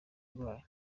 ndwaye